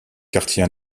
quartier